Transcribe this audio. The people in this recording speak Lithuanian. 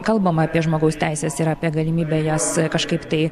kalbama apie žmogaus teises ir apie galimybę jas kažkaip tai